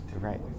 right